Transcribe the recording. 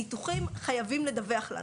ניתוחים חייבים לדווח לנו.